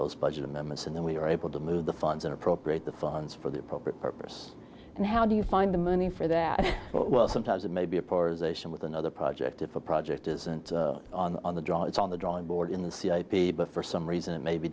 those budget amendments and then we are able to move the funds and appropriate the funds for the appropriate purpose and how do you find the money for that well sometimes it may be a poor as ation with another project if a project isn't on the draw it's on the drawing board in the c i p but for some reason it may be